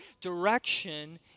direction